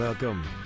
Welcome